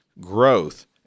growth